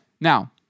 Now